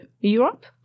Europe